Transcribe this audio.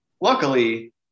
luckily